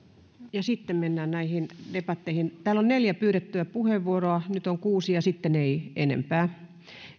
tehdään sitten mennään näihin debatteihin täällä on neljä nyt kuusi pyydettyä puheenvuoroa sitten ei enempää